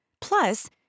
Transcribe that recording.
Plus